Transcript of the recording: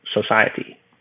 society